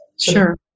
Sure